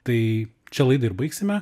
tai čia laidą ir baigsime